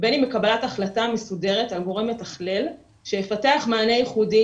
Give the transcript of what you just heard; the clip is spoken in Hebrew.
בין אם בקבלת החלטה מסודרת על גורם מתחלל שיפתח מענה ייחודי,